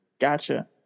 Gotcha